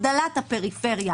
הגדלת הפריפריה,